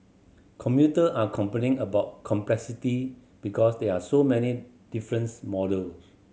commuter are complaining about complexity because there are so many different model